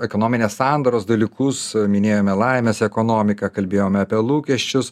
ekonominės sandaros dalykus minėjome laimės ekonomiką kalbėjome apie lūkesčius